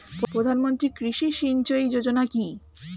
প্রধানমন্ত্রী কৃষি সিঞ্চয়ী যোজনা কি?